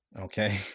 Okay